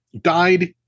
died